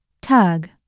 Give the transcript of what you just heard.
Tug